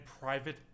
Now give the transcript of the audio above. private